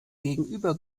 gegenüber